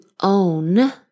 own